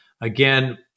again